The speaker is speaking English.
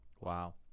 Wow